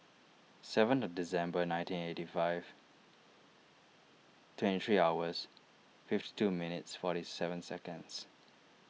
seventh of December nineteen eighty five twenty three hours fifty two minutes forty seven seconds